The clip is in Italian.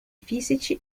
fisici